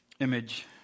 image